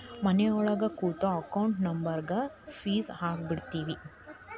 ಮನಿಯೊಳಗ ಕೂತು ಅಕೌಂಟ್ ನಂಬರ್ಗ್ ಫೇಸ್ ಹಾಕಿಬಿಡ್ತಿವಿ